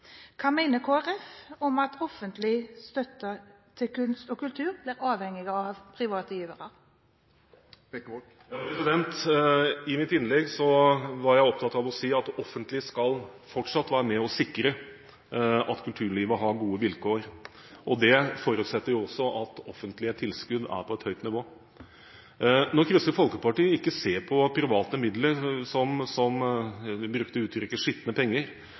Hva mener Kristelig Folkeparti om at offentlig støtte til kunst og kultur blir avhengig av private givere? I mitt innlegg var jeg opptatt av å si at det offentlige skal fortsatt være med og sikre at kulturlivet har gode vilkår. Det forutsetter også at offentlige tilskudd er på et høyt nivå. Når Kristelig Folkeparti ikke ser på private midler som «skitne penger», som var uttrykket man brukte,